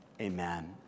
Amen